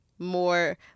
more